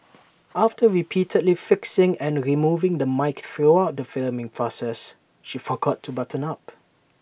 after repeatedly fixing and removing the mic throughout the filming process she forgot to button up